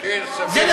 כן, סביר מאוד.